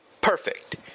perfect